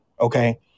Okay